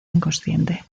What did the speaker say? inconsciente